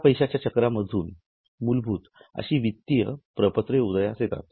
या पैशाच्या चक्रातून मूलभूत अशी वित्तीय प्रपत्रे उदयास येतात